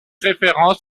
référence